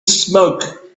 smoke